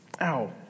Ow